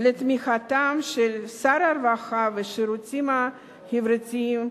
לתמיכתם של שר הרווחה והשירותים החברתיים,